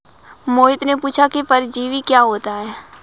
मोहित ने पूछा कि परजीवी क्या होता है?